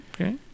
okay